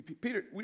Peter